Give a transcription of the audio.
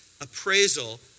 appraisal